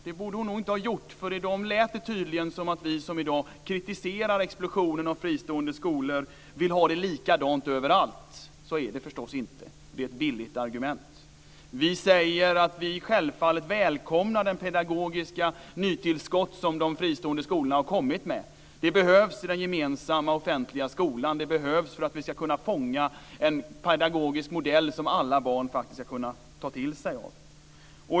Det borde hon nog inte ha gjort, för i dem lät det tydligen som om vi som i dag kritiserar explosionen av fristående skolor vill ha det likadant överallt. Så är det förstås inte. Det är ett billigt argument. Vi välkomnar självfallet de pedagogiska nytillskott som de fristående skolorna har bidragit med. De behövs i den gemensamma offentliga skolan för att vi ska kunna fånga en pedagogisk modell som alla barn ska kunna ta till sig.